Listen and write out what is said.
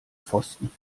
pfosten